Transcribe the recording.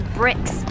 bricks